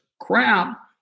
crap